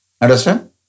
Understand